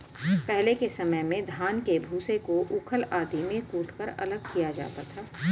पहले के समय में धान के भूसे को ऊखल आदि में कूटकर अलग किया जाता था